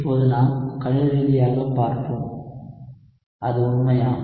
இப்போது நாம் கணித ரீதியாகப் பார்ப்போம் அது உண்மையா